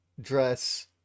dress